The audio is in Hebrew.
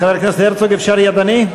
חבר הכנסת הרצוג, אפשר ידני?